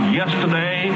yesterday